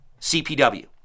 CPW